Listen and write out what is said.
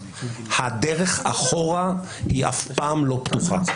הדרך אחורה היא אף פעם לא פתוחה.